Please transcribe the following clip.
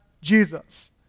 Jesus